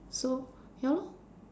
so ya lor